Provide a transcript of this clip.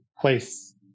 place